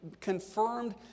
confirmed